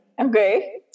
okay